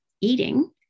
eating